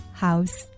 house